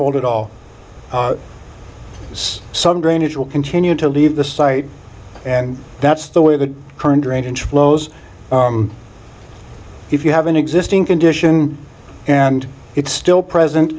hold it all has some drainage will continue to leave the site and that's the way the current arrangements flows if you have an existing condition and it's still present